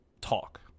talk